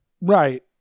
Right